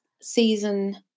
season